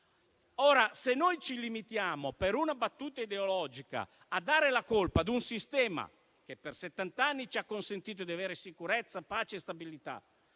Ora, non possiamo limitarci, per una battuta ideologica, a dare la colpa a un sistema che per settant'anni ci ha consentito di avere sicurezza, pace e stabilità